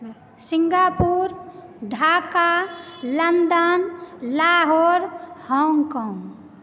Singapore Dhaka London Lahore Hong Kong